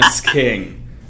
king